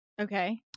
Okay